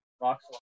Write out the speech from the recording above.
box